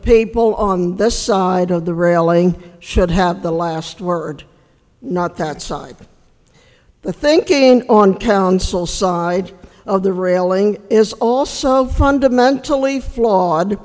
people on this side of the railing should have the last word not that side the thinking on council side of the railing is also fundamentally flawed